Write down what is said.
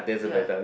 ya